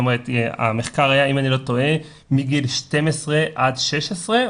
המחקר היה אם אני לא טועה מגיל 12 עד 16,